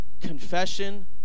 Confession